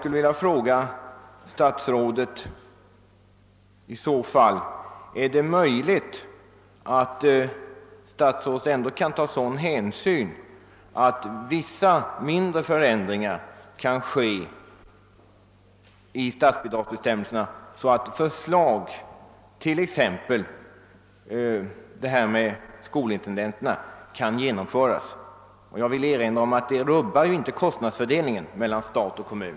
Men då vill jag fråga herr statsrådet: Är det möjligt att statsrådet kan ta sådan hänsyn att vissa mindre ändringar i statsbidragsbestämmelserna kan göras, så att t.ex. förslaget om skolindententer kan genomföras? Jag vill erinra om att detta inte rubbar kostnadsfördelningen mellan stat och kommun.